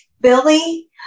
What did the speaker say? Billy